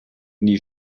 nie